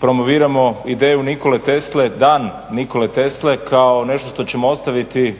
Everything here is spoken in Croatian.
promoviramo ideju Nikole Tesle, dan Nikole Tesle kao nešto što ćemo ostaviti